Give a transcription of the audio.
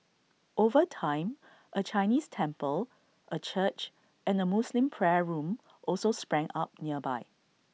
over time A Chinese temple A church and A Muslim prayer room also sprang up nearby